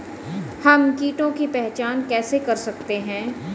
हम कीटों की पहचान कैसे कर सकते हैं?